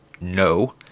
No